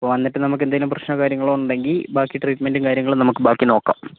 അപ്പോൾ വന്നിട്ട് നമുക്ക് എന്തെങ്കിലും പ്രശ്നമോ കാര്യങ്ങളോ ഉണ്ടെങ്കിൽ ബാക്കി ട്രീട്മെൻറ്റും കാര്യങ്ങളും നമുക്ക് ബാക്കി നോക്കാം